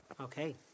Okay